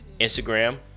Instagram